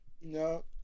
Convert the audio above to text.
No